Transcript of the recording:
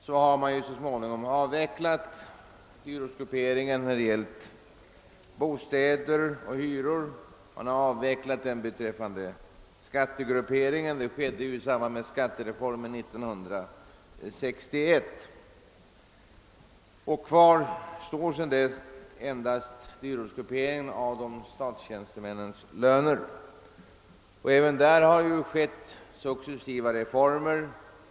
Det har skett beträffande bostäder och hyror och beträffande skatterna, det sistnämnda i samband med skattereformen år 1961. Kvar står sedan dess endast dyrortsgrupperingen av statstjänstemännens löner. Även därvidlag har det gjorts successiva reformer.